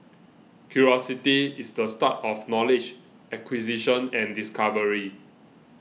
curiosity is the start of knowledge acquisition and discovery